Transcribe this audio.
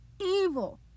evil